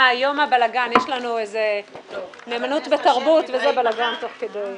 יש לנו איזה "נאמנות בתרבות" וזה, ובלגן תוך כדי.